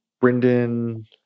Brendan